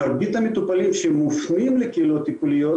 מרבית המטופלים שמופנים לקהילות טיפוליות